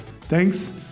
thanks